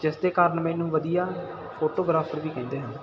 ਜਿਸ ਦੇ ਕਾਰਨ ਮੈਨੂੰ ਵਧੀਆ ਫੋਟੋਗ੍ਰਾਫਰ ਵੀ ਕਹਿੰਦੇ ਹਨ